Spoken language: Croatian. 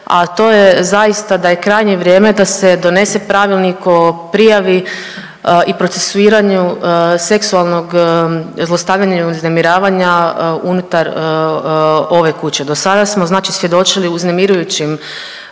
a to je zaista da je krajnje vrijeme da se donese pravilnik o prijavi i procesuiranju seksualnog zlostavljanja i uznemiravanja unutar ove kuće. Dosada smo znači svjedočili uznemirujućim